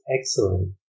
excellent